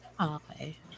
okay